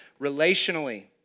relationally